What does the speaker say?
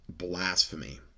blasphemy